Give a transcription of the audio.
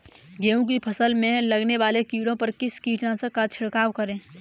गेहूँ की फसल में लगने वाले कीड़े पर किस कीटनाशक का छिड़काव करें?